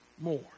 more